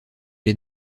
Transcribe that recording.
les